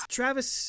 Travis